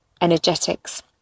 energetics